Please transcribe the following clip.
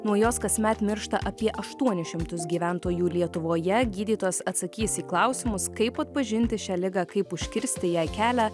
nuo jos kasmet miršta apie aštuonis šimtus gyventojų lietuvoje gydytojas atsakys į klausimus kaip atpažinti šią ligą kaip užkirsti jai kelią